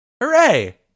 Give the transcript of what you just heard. Hooray